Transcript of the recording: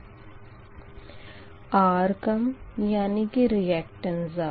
R कम यानी कि रियाकटेंस ज़्यादा